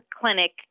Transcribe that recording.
clinic